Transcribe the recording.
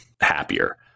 happier